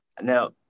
now